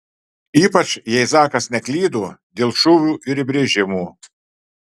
ypač jei zakas neklydo dėl šūvių ir įbrėžimų